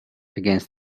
against